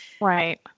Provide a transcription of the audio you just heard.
Right